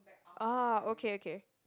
oh okay okay